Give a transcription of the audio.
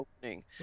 opening